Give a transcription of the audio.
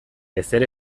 ezer